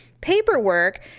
paperwork